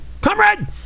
Comrade